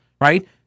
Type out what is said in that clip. right